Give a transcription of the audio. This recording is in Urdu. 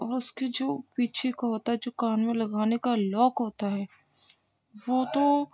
اور اس کے جو پیچھے کا ہوتا ہے جو کان میں لگانے کا لاک ہوتا ہے وہ تو